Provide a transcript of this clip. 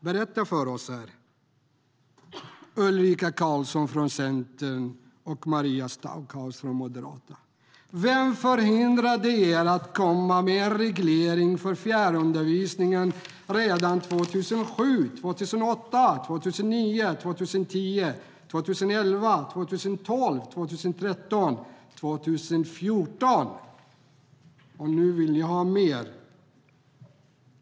Berätta för oss, Ulrika Carlsson från Centern och Maria Stockhaus från Moderaterna! Nu vill ni ha mer.